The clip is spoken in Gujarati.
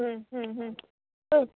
હમ હમ હં